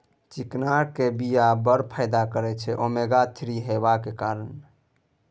चिकना केर बीया बड़ फाइदा करय छै ओमेगा थ्री हेबाक कारणेँ